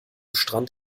strand